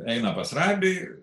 eina pas rabį